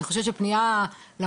אני חושבת שברוב המקרים פנייה למוסד